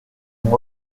ont